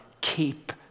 Keep